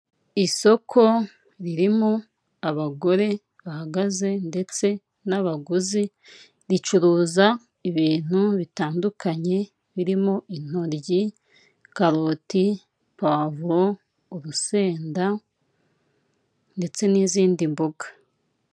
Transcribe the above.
Isoko ririmo abagore bahagaze ndetse n'abaguzi, ricuruza ibintu bitandukanye, birimo; intoryi, karoti, puwavuro, urusenda, ndetse n'izindi mboga.